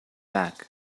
back